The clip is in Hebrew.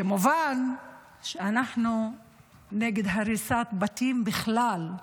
כמובן שאנחנו נגד הריסת בתים בכלל,